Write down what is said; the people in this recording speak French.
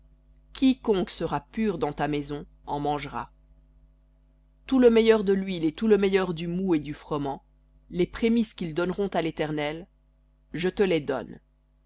quiconque sera pur dans ta maison en mangera tout le meilleur de l'huile et tout le meilleur du moût et du froment les prémices qu'ils donneront à l'éternel je te les donne